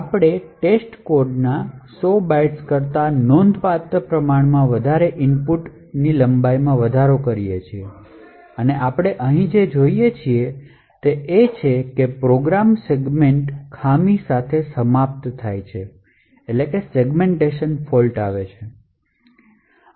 આપણે testcode ના 100 bytes કરતા નોંધપાત્ર પ્રમાણમાં વધારે ઇનપુટની લંબાઈમાં વધારો કરીયે અને આપણે અહીં જે જોઈએ છીએ તે એ છે કે પ્રોગ્રામ સેગમેન્ટેશન ખામી સાથે સમાપ્ત થાય છે